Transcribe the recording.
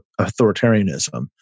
authoritarianism